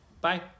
Bye